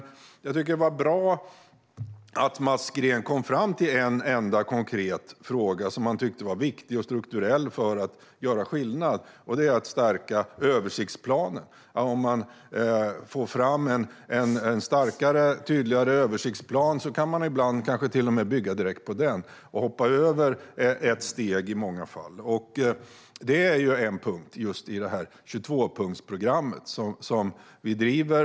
Men jag tycker att det var bra att Mats Green kom fram till en enda konkret fråga som han tyckte var viktig och strukturell för att göra skillnad, nämligen att stärka översiktsplanen. Om man får fram en starkare och tydligare översiktsplan kan man ibland kanske till och med bygga direkt utifrån den och i många fall hoppa över ett steg. Det är en punkt i detta 22-punktsprogram som vi driver.